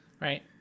right